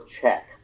check